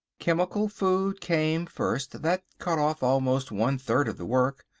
chemical food came first that cut off almost one-third of the work,